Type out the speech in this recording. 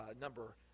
number